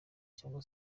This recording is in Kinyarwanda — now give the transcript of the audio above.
cyangwa